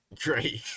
Great